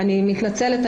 אני מתנצלת.